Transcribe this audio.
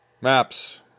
maps